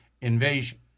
invasion